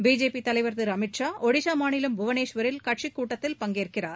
BJP தலைவர் அமித் ஷா ஒடிசா மாநிலம் புவனேஷ்வரில் கட்சி கூட்டத்தில் பங்கேற்கிறார்